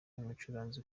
umucuranzi